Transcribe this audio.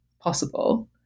possible